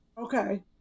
Okay